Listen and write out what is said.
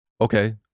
Okay